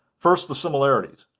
first, the similarities.